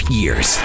years